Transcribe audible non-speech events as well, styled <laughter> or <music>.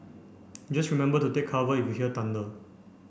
<noise> just remember to take cover if you hear thunder